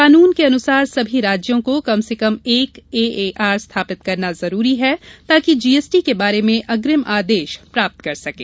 कानून के अनुसार सभी राज्यों को कम से कम एक एएआर स्थापित करना अनिवार्य है ताकि जीएसटी के बारे में अग्रिम आदेश प्राप्त कर सकें